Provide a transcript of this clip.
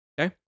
Okay